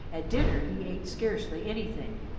at dinner he ate scarcely anything,